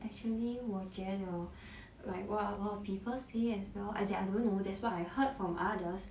actually 我觉得 hor like what a lot people say as well as in I don't know that's what I heard from others